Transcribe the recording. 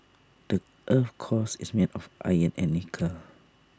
the Earth's cores is made of iron and nickel